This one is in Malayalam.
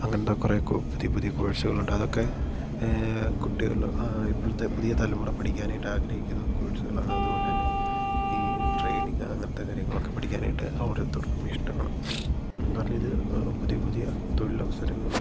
അങ്ങനത്തെ കുറേ കോ പുതിയ പുതിയ കോഴ്സുകളുണ്ടതൊക്കെ കുട്ടികൾ ആ ഇപ്പോഴത്തെ പുതിയ തലമുറ പഠിക്കാനായിട്ടാഗ്രഹിക്കുന്ന കോഴ്സുകളാണ് അതു പോലെ തന്നെ ഈ ട്രേഡിംഗ് അങ്ങനത്തെ കാര്യങ്ങളൊക്കെ പഠിക്കാനായിട്ട് ഓരോത്തർക്കും ഇഷ്ടമാണ് കാരണം ഇത് പുതിയ പുതിയ തൊഴിലവസരങ്ങൾ